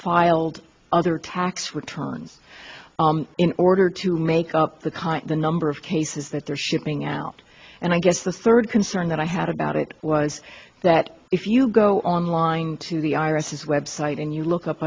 filed other tax returns in order to make up the current the number of cases that they're shipping out and i guess the third concern that i had about it was that if you go online to the i r s his web site and you look up